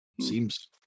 seems